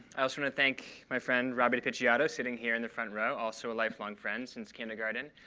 ah sort of thank my friend robbie depicciotto sitting here in the front row, also a lifelong friend since kindergarten.